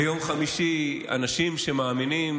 ביום חמישי אנשים שמאמינים